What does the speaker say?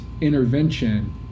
intervention